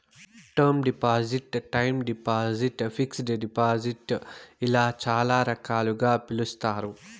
term deposit time deposit fixed deposit ఇలా చాలా రకాలుగా పిలుస్తారు